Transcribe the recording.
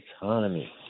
economy